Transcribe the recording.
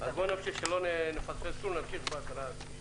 אז נמשיך כדי שלא נשמיט דבר.